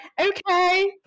okay